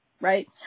right